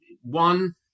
one